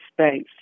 space